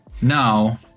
Now